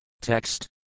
Text